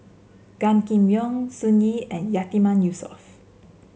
Gan Kim Yong Sun Yee and Yatiman Yusof